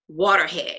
waterhead